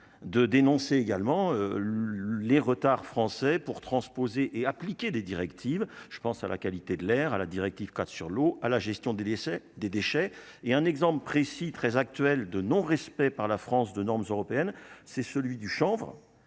de dénoncer également les retards français pour transposer et appliquer des directives, je pense à la qualité de l'air à la directive-cadre sur l'eau à la gestion des décès des déchets est un exemple précis, très actuel de non respect par la France de normes européennes, c'est celui du chanvre